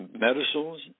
medicines